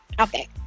okay